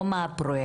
לא מה הפרויקטים,